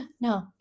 no